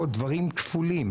או דברים כפולים.